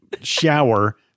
shower